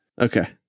Okay